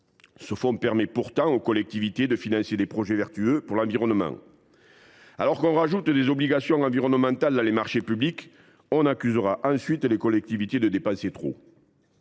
Ce fonds permet pourtant aux collectivités de financer des projets vertueux pour l’environnement. Alors qu’on ajoute des obligations environnementales dans les marchés publics, on accusera ensuite les collectivités de dépenser trop